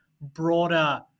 broader